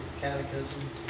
Catechism